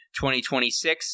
2026